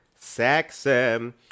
Saxon